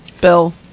Bill